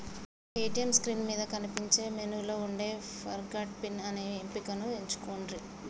ATM screen మీద కనిపించే మెనూలో వుండే ఫర్గాట్ పిన్ అనే ఎంపికను ఎంచుకొండ్రి